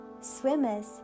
swimmers